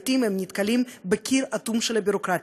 לעתים הם נתקלים בקיר אטום של הביורוקרטיה.